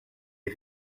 les